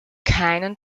keinen